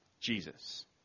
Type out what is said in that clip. Jesus